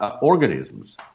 organisms